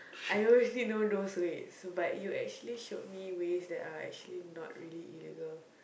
I only know those ways but you actually showed me ways that are actually not really illegal